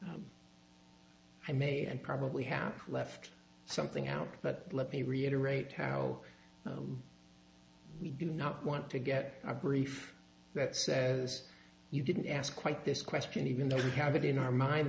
i may and probably have left something out but let me reiterate how we do not want to get our brief that says you didn't ask quite this question even though you have it in our mind